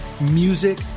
music